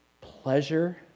pleasure